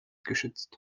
geschützt